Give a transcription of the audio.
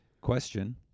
Question